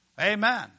Amen